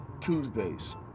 Tuesdays